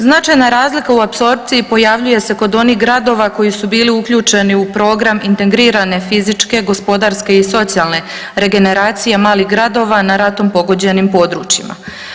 Značajna razlika u apsorpciji pojavljuje se kod onih gradova koji su bili uključeni u program integrirane fizičke, gospodarske i socijalne regeneracije malih gradova na ratom pogođenim područjima.